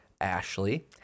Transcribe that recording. Ashley